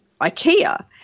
IKEA